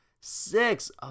six